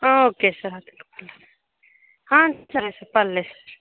okay sir సరే sir పర్లేదు sir